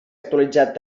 actualitzat